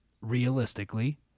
Realistically